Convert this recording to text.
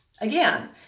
Again